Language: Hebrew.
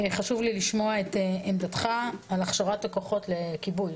חשוב לי לשמוע את עמדתך על הכשרת הכוחות לכיבוי,